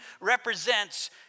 represents